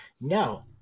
No